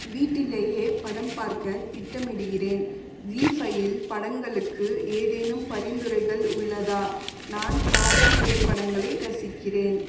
வீட்டிலேயே படம் பார்க்கத் திட்டமிடுகிறேன் ஜீ ஃபையில் படங்களுக்கு ஏதேனும் பரிந்துரைகள் உள்ளதா நான் காதல் திரைப்படங்களை ரசிக்கிறேன்